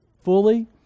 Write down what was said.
fully